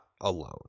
alone